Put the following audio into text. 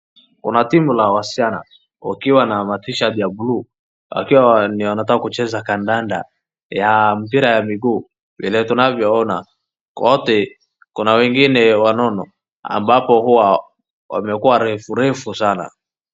kuna timu la wasichana wakiwa na ma T-shirt ya bluu akiwa wanataka kucheza kandanda ya mpira ya miguu. Vile tunavyoona kwa wote kuna wengine wanono ambapo huwa wamekuwa refu refu sana.